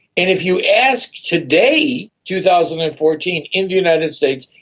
and if you ask today, two thousand and fourteen, in the united states,